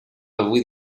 avui